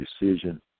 decision